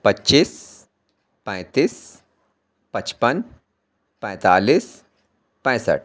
پچیس پینتیس پچپن پینتالیس پینسٹھ